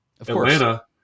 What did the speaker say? Atlanta